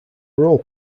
role